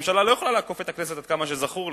הממשלה לא יכולה לעקוף את הכנסת, עד כמה שזכור לי.